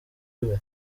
iwe